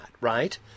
right